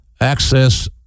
access